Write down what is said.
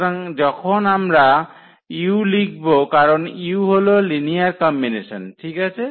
সুতরাং যখন আমরা u লিখব কারণ u হল লিনিয়ার কম্বিনেশন ঠিক আছে